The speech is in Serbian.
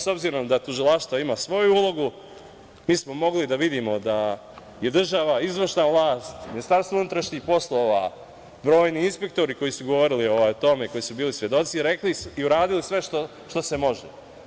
S obzirom da tužilaštvo ima svoju ulogu, mi smo mogli da vidimo da je država izvršna vlast, Ministarstvo unutrašnjih poslova, brojni inspektori koji su govorili o tome, koji su bili svedoci, rekli su i uradili sve što se može.